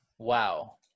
Wow